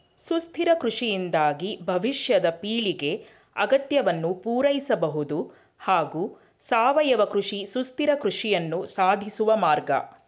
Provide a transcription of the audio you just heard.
ಸುಸ್ಥಿರ ಕೃಷಿಯಿಂದಾಗಿ ಭವಿಷ್ಯದ ಪೀಳಿಗೆ ಅಗತ್ಯವನ್ನು ಪೂರೈಸಬಹುದು ಹಾಗೂ ಸಾವಯವ ಕೃಷಿ ಸುಸ್ಥಿರ ಕೃಷಿಯನ್ನು ಸಾಧಿಸುವ ಮಾರ್ಗ